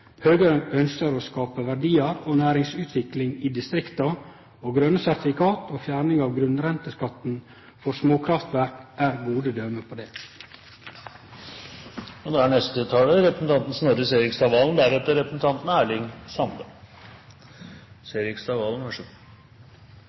Høgre ønskjer å skape verdiar og næringsutvikling i distrikta, og grøne sertifikat og fjerning av grunnrenteskatten for småkraftverk er gode døme på